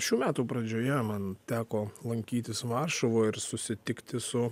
šių metų pradžioje man teko lankytis varšuvoj ir susitikti su